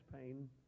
pain